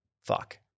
Fuck